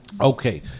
Okay